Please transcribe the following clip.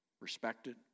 respected